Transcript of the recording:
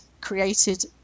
created